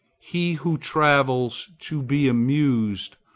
he who travels to be amused,